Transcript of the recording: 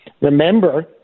Remember